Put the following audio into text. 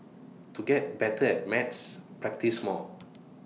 to get better at maths practise more